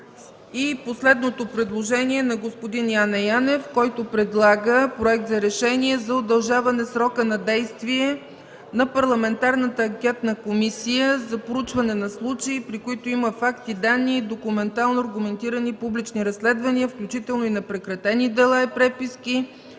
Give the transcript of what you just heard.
Последното предложение е на господин Яне Янев, който предлага Проект за решение за удължаване срока на действие на Парламентарната анкетна комисия за проучване на случаи, при които има факти, данни и документално аргументирани публични разследвания, включително и на прекратени дела и преписки